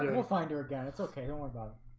and we'll find her again. it's okay. don't worry about it